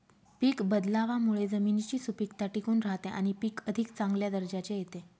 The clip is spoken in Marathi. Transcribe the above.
पीक बदलावामुळे जमिनीची सुपीकता टिकून राहते आणि पीक अधिक चांगल्या दर्जाचे येते